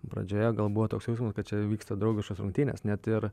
pradžioje gal buvo toks jausmas kad čia vyksta draugiškos rungtynės net ir